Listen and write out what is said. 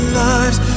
lives